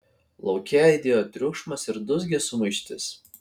lauke aidėjo triukšmas ir dūzgė sumaištis